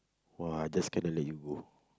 !wah! I just cannot let you go